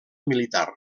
militar